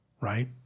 right